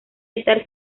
editar